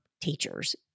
teachers